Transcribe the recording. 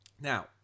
Now